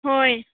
ꯍꯣꯏ